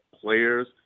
players